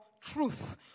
truth